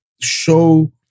show